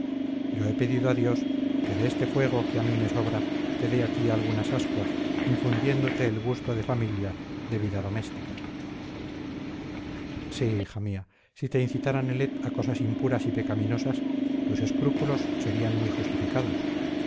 yo he pedido a dios que de este fuego que a mí me sobra te dé a ti algunas ascuas infundiéndote el gusto de familia de vida doméstica sí hija mía si te incitara nelet a cosas impuras y pecaminosas tus escrúpulos serían muy justificados